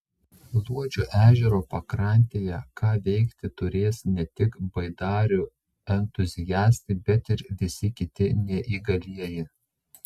luodžio ežero pakrantėje ką veikti turės ne tik baidarių entuziastai bet ir visi kiti neįgalieji